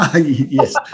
Yes